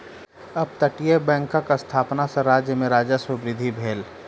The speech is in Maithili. अपतटीय बैंकक स्थापना सॅ राज्य में राजस्व वृद्धि भेल